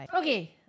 Okay